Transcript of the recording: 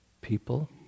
people